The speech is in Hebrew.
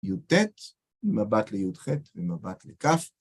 יוד טית, מבט ליוד חית ומבט לכף.